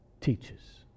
teaches